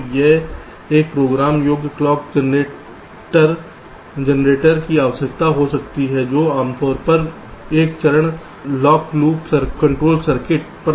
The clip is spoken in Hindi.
तो यह एक प्रोग्राम योग्य क्लॉक जनरेटर की आवश्यकता हो सकती है जो आमतौर पर एक चरण लॉक लूप कंट्रोल सर्किट पर आधारित होता है